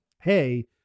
hey